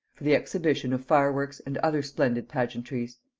for the exhibition of fireworks and other splendid pageantries.